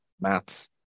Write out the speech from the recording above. maths